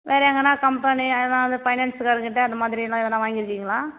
வேறு எங்கேனா கம்பெனி பைனான்ஸ்காரங்க கிட்ட அந்த மாதிரின்னா எதனா வாங்கிருக்கீங்களா